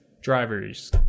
drivers